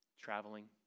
traveling